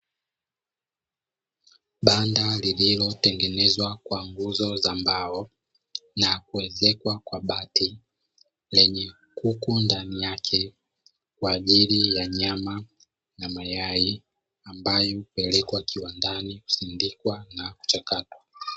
Banda lililotengenezwa kwa nguzo za mbao na kuezekwa kwa bati, lenye kuku ndani yake kwa ajili ya nyama na mayai ambayo hupelekwa kiwandani kusindikwa na kuchakatwa.